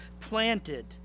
planted